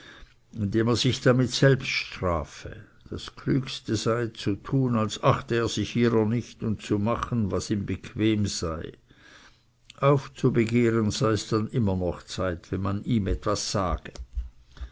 indem er sich damit selbst strafe das klügste sei zu tun als achte er sich ihrer nicht und zu machen was ihm bequem sei aufzubegehren seis dann immer noch zeit wenn man ihm etwas sage